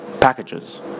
packages